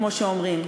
כמו שאומרים.